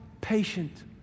patient